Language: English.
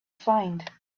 find